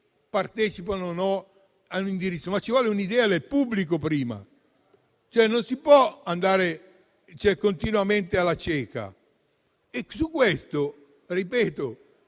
partecipano o no a un indirizzo, ma ci vuole un'idea del pubblico prima. Non si può andare continuamente alla cieca. Su questo non